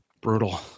Brutal